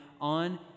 on